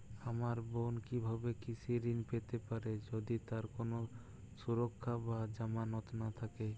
আমার বোন কীভাবে কৃষি ঋণ পেতে পারে যদি তার কোনো সুরক্ষা বা জামানত না থাকে?